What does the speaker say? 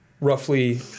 roughly